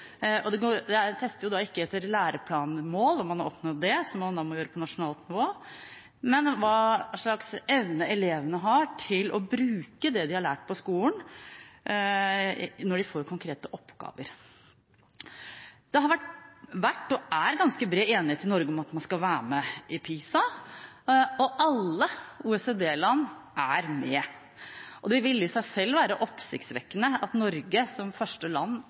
tester ikke etter læreplanmål, om man har oppnådd dem, som man da må gjøre på nasjonalt nivå, men hva slags evne elevene har til å bruke det de har lært på skolen, når de får konkrete oppgaver. Det har vært og er ganske bred enighet i Norge om at man skal være med i PISA, og alle OECD-land er med. Det ville i seg selv være oppsiktsvekkende hvis Norge, som første land,